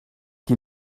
qui